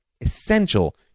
essential